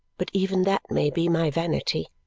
but even that may be my vanity.